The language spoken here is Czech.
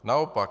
Naopak.